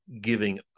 Giving